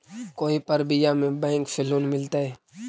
कोई परबिया में बैंक से लोन मिलतय?